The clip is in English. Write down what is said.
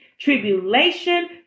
Tribulation